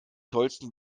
tollsten